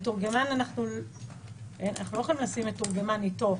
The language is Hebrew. אנחנו לא יכולים לשים מתורגמן איתו.